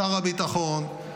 שר הביטחון,